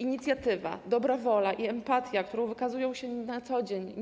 Inicjatywa, dobra wola i empatia, którą nieustannie wykazują się na co dzień